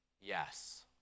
yes